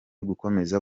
gukomeza